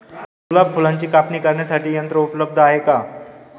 गुलाब फुलाची कापणी करण्यासाठी यंत्र उपलब्ध आहे का?